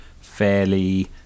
fairly